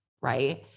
Right